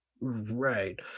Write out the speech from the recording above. Right